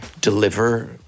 deliver